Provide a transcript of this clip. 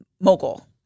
mogul